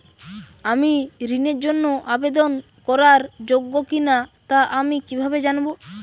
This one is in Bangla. আমি ঋণের জন্য আবেদন করার যোগ্য কিনা তা আমি কীভাবে জানব?